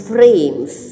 Frames